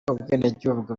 ubwenegihugu